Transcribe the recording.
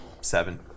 seven